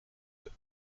deux